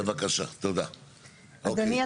אדוני,